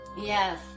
Yes